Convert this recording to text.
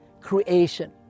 creation